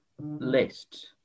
list